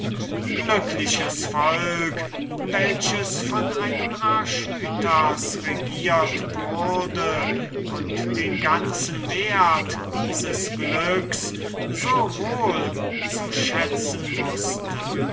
glückliches volk welches von einem archytas geregiert wurde und den ganzen wert dieses glücks so wohl zu schätzen wußte